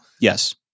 Yes